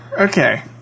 okay